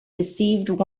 deceived